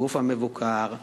הגוף המבוקר,